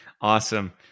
Awesome